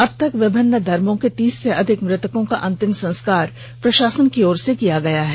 अब तक विमिन्न धर्मों के तीस से अधिक मृतकों का अंतिम संस्कार प्रशासन की ओर से किया गया है